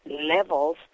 levels